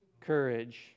courage